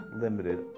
limited